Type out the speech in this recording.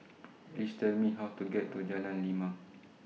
Please Tell Me How to get to Jalan Lima